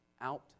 out